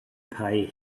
pay